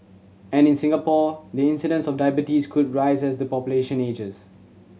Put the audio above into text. and in Singapore the incidence of diabetes could rise as the population ages